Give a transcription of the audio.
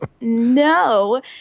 No